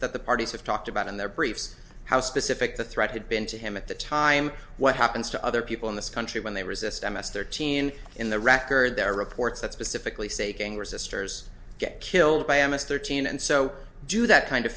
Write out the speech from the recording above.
that the parties have talked about in their briefs how specific the threat had been to him at the time what happens to other people in this country when they resist m s thirteen in the record there are reports that specifically say king resistors get killed by imus thirteen and so do that kind of